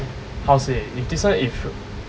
how to say if this one if